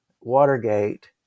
Watergate